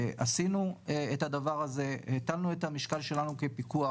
עשינו את הדבר הזה, הטלנו את המשקל שלנו כפיקוח.